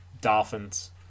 Dolphins